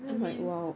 I mean